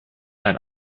ein